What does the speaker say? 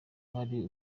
kwari